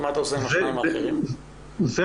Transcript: בעניין